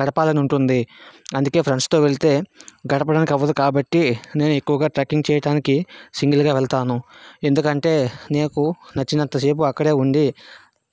గడపాలని ఉంటుంది అందుకే ఫ్రెండ్స్తో వెళ్తే గడపడానికి అవదు కాబట్టి నేను ఎక్కువగా ట్రెక్కింగ్ చేయటానికి సింగిల్గా వెళ్తాను ఎందుకంటే నీకు నచ్చినంత సేపు అక్కడే ఉండి